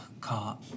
car